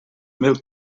mil